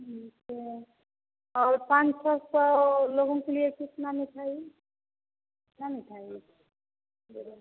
ठीक है और पाँच छः सौ लोगों के लिए कितना मिठाई कितना मिठाई लेगे